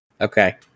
Okay